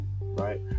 right